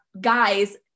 guys